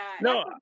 no